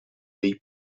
dei